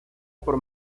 por